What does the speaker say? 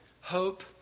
Hope